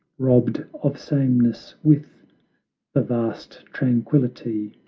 robbed of sameness with the vast tranquility,